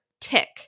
tick